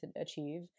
achieve